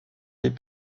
les